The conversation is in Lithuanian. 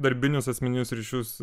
darbinius asmeninius ryšius